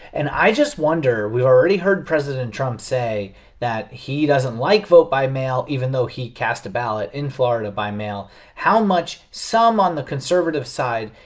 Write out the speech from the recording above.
and i just wonder we've already heard president trump say that he doesn't like vote by mail, even though he cast a ballot in florida by mail how much some on the conservative side,